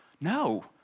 No